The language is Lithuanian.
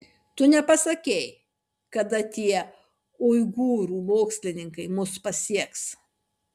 tu nepasakei kada tie uigūrų mokslininkai mus pasieks